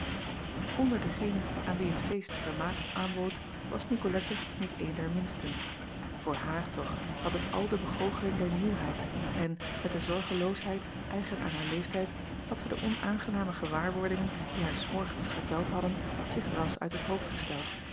nder degenen aan wie het feest vermaak aanbood was icolette niet eene der minsten oor haar toch had het al de begoocheling der nieuwheid en met de zorgeloosheid eigen aan haar leeftijd had zij de onaangename gewaarwordingen die haar s morgens gekweld hadden zich ras uit het hoofd gesteld